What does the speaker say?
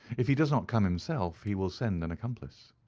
if he does not come himself he will send an accomplice.